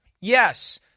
Yes